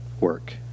work